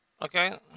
Okay